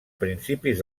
principis